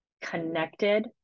connected